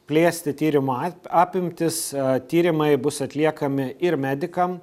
plėsti tyrimo apimtis tyrimai bus atliekami ir medikam